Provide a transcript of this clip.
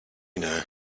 know